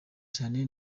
cyane